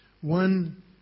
One